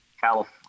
California